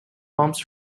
bombs